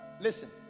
Listen